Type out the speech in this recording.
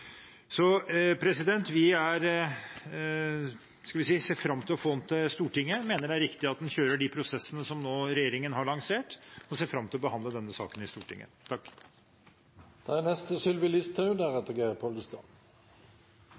Vi ser fram til å få dette til Stortinget og mener det er riktig at en kjører de prosessene som regjeringen nå har lansert, og ser fram til å behandle denne saken i Stortinget.